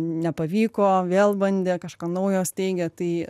nepavyko vėl bandė kažką naujo steigė tai